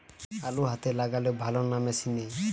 আলু হাতে লাগালে ভালো না মেশিনে?